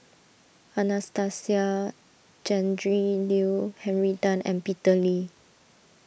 Anastasia Tjendri Liew Henry Tan and Peter Lee